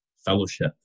fellowship